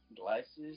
glasses